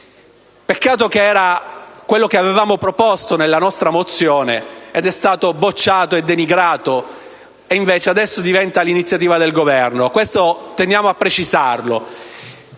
Peccato fosse quello che avevamo proposto nella nostra mozione, che è stata bocciata e denigrata e che ora diventa l'iniziativa del Governo. Teniamo a precisare